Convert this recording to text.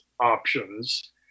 options